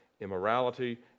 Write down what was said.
immorality